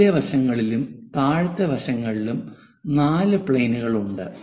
മുകളിലെ വശങ്ങളിലും താഴത്തെ വശങ്ങളിലും 4 പ്ലെയിനുകൾ ഉണ്ട്